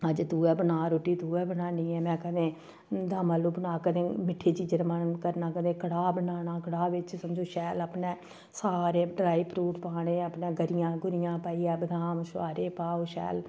अज्ज तू गै बनाऽ रुट्टी तू गै बनानी ऐ में कदें दम आलू बना कदें मिट्ठे चीजै र मन करना कदें कड़ाह् बनाना कड़ाह् बिच्च समझो शैल अपने सारे ड्राई फ्रूट पाने अपने गरियां गुरियां पाइयै बदाम छुआरे पाओ शैल